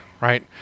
right